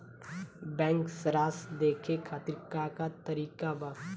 Bank सराश देखे खातिर का का तरीका बा?